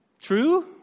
True